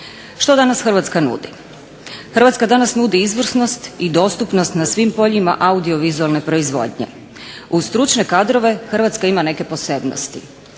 Što danas Hrvatska nudi? Hrvatska danas nudi izvrsnost i dostupnost na svim poljima audiovizualne proizvodnje. Uz stručne kadrove Hrvatska ima neke posebnosti.